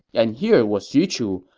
and here was xu chu,